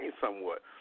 somewhat